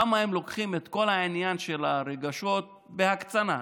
לוקחים את כל העניין של הרגשות בהקצנה,